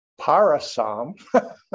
parasam